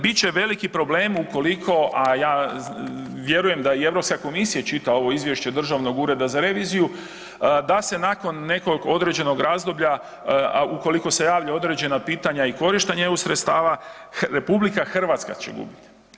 Bit će veliki problem ukoliko, a ja vjerujem da i Europska komisija čita ovo izvješće Državnog ureda za reviziju da se nakon nekog određenog razdoblja ukoliko se javlja određena pitanja i korištenje EU sredstava, RH će gubiti.